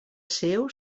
seu